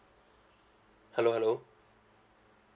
hello hello